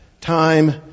time